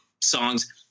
songs